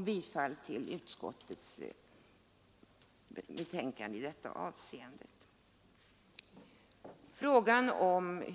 bifall till utskottets hemställan under C, vilket innebär avslag på reservationen 3.